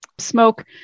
smoke